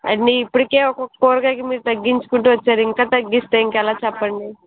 అన్నీ ఇప్పడికే ఒకొక్క కూరగాయలకి మీరు తగ్గించుకుంటూ వచ్చారు ఇంకా తగ్గిస్తే ఇంకెలా చెప్పండి